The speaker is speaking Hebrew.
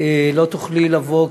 לא תוכלי לבוא,